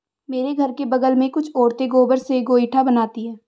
मेरे घर के बगल में कुछ औरतें गोबर से गोइठा बनाती है